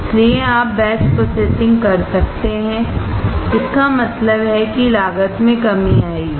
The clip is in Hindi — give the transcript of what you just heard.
इसलिए आप बैच प्रोसेसिंग कर सकते हैं इसका मतलब है कि लागत में कमी आएगी